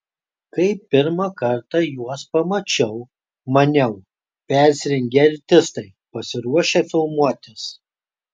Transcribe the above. kai pirmą kartą juos pamačiau maniau persirengę artistai pasiruošę filmuotis